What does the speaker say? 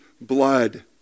blood